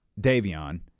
Davion